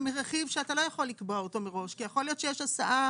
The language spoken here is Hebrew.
רכיב שאתה לא יכול לקבוע אותו מראש כי יכול להיות שיש הסעה